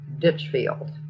Ditchfield